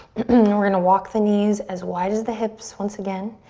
and we're gonna walk the knees as wide as the hips, once again,